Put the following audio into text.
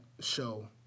show